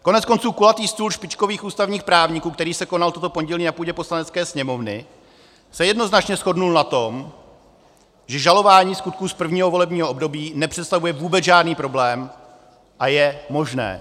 Koneckonců kulatý stůl špičkových ústavních právníků, který se konal toto pondělí na půdě Poslanecké sněmovny, se jednoznačně shodl na tom, že žalování skutků z prvního volebního období nepředstavuje vůbec žádný problém a je možné.